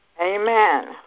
Amen